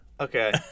Okay